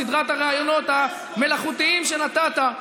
בסדרת הראיונות המלאכותיים שנתת,